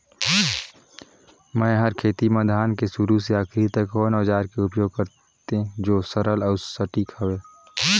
मै हर खेती म धान के शुरू से आखिरी तक कोन औजार के उपयोग करते जो सरल अउ सटीक हवे?